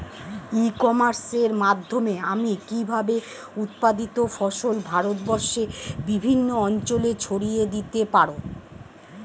ই কমার্সের মাধ্যমে আমি কিভাবে উৎপাদিত ফসল ভারতবর্ষে বিভিন্ন অঞ্চলে ছড়িয়ে দিতে পারো?